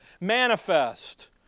Manifest